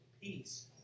peace